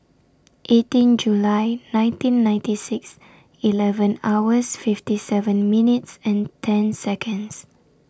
eighteen July nineteen ninety six eleven hours fifty seven minutes and ten secomds